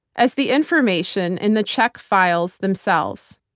as the information in the czech files themselves.